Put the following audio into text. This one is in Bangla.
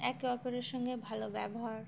একে অপরের সঙ্গে ভালো ব্যবহার